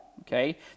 Okay